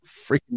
freaking